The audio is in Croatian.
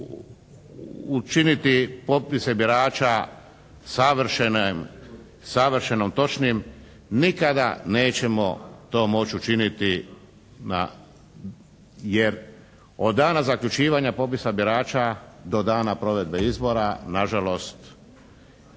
učiniti popise birača savršeno točnim nikada nećemo to moći učiniti na, jer od dana zaključivanja popisa birača do dana provedbe izbora na žalost